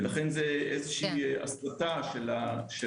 לכן זה הסטה של הנושא.